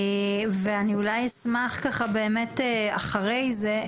אני אשמח באמת אחרי זה,